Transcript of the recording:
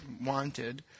wanted